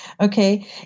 Okay